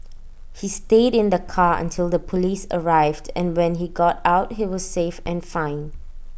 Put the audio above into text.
he stayed in the car until the Police arrived and when he got out he was safe and fine